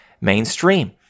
mainstream